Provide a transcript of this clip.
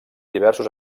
diversos